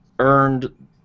Earned